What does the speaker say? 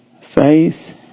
Faith